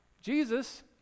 Jesus